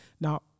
Now